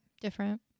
different